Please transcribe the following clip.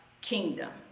kingdom